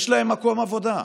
יש להם מקום עבודה,